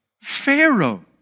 Pharaoh